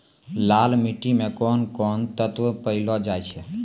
लाल मिट्टी मे कोंन कोंन तत्व पैलो जाय छै?